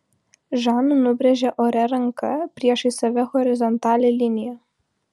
žana nubrėžė ore ranka priešais save horizontalią liniją